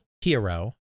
hero